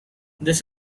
this